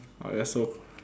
ah ya so